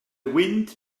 wind